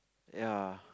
ya